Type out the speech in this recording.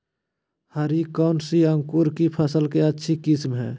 हरी कौन सी अंकुर की फसल के अच्छी किस्म है?